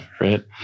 right